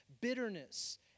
Bitterness